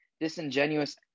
disingenuous